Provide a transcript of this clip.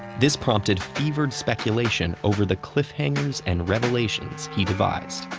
this prompted fevered speculation over the cliffhangers and revelations he devised.